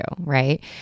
right